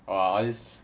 !wah! all this